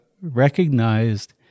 recognized